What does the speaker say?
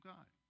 God